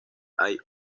hay